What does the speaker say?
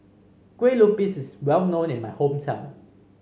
Kue Lupis is well known in my hometown